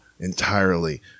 entirely